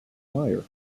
meyer